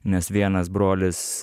nes vienas brolis